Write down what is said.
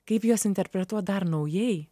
kaip juos interpretuot dar naujai